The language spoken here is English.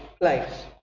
place